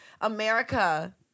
America